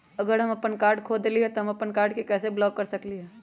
अगर हम अपन कार्ड खो देली ह त हम अपन कार्ड के कैसे ब्लॉक कर सकली ह?